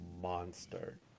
monster